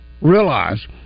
realize